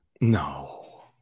No